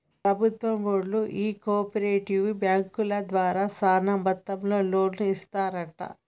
ప్రభుత్వం బళ్ళు ఈ కో ఆపరేటివ్ బాంకుల ద్వారా సాన మొత్తంలో లోన్లు ఇస్తరంట